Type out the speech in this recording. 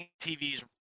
TV's